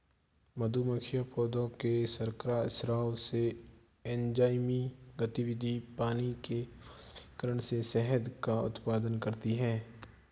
मधुमक्खियां पौधों के शर्करा स्राव से, एंजाइमी गतिविधि, पानी के वाष्पीकरण से शहद का उत्पादन करती हैं